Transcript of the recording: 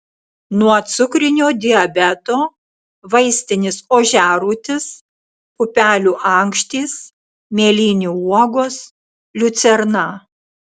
nuo cukrinio diabeto vaistinis ožiarūtis pupelių ankštys mėlynių uogos liucerna